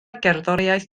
gerddoriaeth